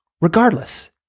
Regardless